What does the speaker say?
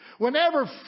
Whenever